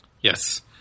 Yes